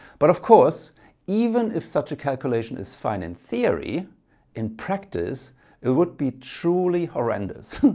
but of course even if such a calculation is fine in theory in practice it would be truly horrendous.